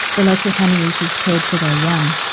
the local honeyeaters cared for their young.